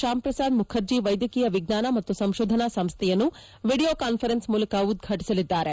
ಶ್ಲಾಂ ಪ್ರಸಾದ್ ಮುಖರ್ಜಿ ವೈದ್ಯಕೀಯ ವಿಜ್ಞಾನ ಮತ್ತು ಸಂಶೋಧನಾ ಸಂಸ್ವೆಯನ್ನು ವಿಡಿಯೋ ಕಾನ್ವರನ್ಸ್ ಮೂಲಕ ಉದ್ವಾಟಿಸಲಿದ್ದಾರೆ